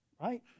Right